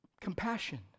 compassion